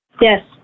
Yes